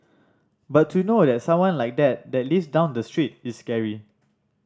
but to know that someone like that lives down the street is scary